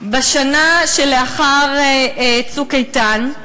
בשנה שלאחר "צוק איתן"